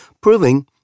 proving